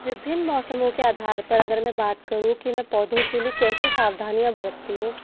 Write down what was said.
विभिन्न मौसमों के आधार पर अगर मैं बात करूँ कि मैं पौधों के लिये कैसे सावधानियाँ बरतती हूँ